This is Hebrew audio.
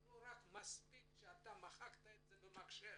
לא מספיק שמחקת את זה במחשב.